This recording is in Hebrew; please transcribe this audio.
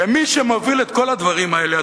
ומי שמוביל את כל הדברים האלה,